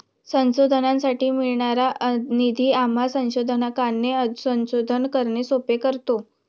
संशोधनासाठी मिळणारा निधी आम्हा संशोधकांचे संशोधन करणे सोपे करतो